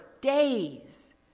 days